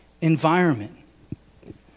environment